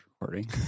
recording